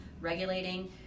regulating